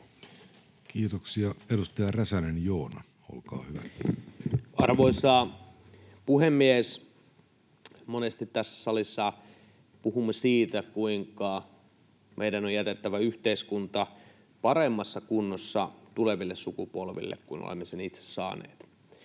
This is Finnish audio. Kiitoksia. — Edustaja Räsänen, Joona, olkaa hyvä. Arvoisa puhemies! Monesti tässä salissa puhumme siitä, kuinka meidän on jätettävä yhteiskunta paremmassa kunnossa tuleville sukupolville kuin olemme sen itse saaneet.